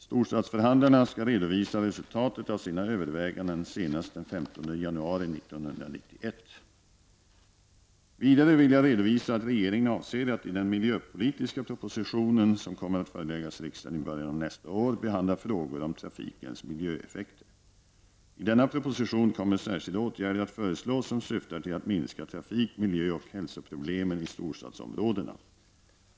Storstadsförhandlarna skall redovisa resultatet av sina överväganden senast den 15 Vidare vill jag redovisa att regeringen avser att i den miljöpolitiska proposition som kommer att föreläggas riksdagen i början av nästa år behandla frågor om trafikens miljöeffekter. I denna proposition kommer särskilda åtgärder att föreslås som syftar till att minska trafik-, miljö och hälsoproblemen i storstadsområdena.